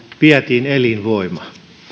vietiin elinvoima